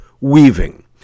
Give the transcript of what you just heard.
weaving